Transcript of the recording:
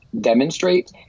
demonstrate